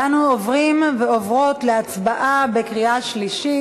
אנו עוברים ועוברות להצבעה בקריאה שלישית.